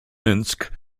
minsk